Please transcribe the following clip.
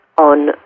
on